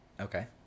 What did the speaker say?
Okay